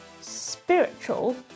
Spiritual